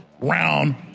round